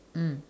mm